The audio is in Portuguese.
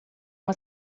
uma